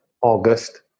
August